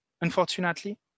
unfortunately